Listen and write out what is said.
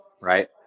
right